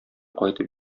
кайтып